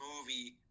movie